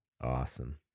Awesome